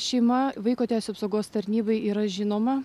šeima vaiko teisių apsaugos tarnybai yra žinoma